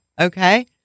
Okay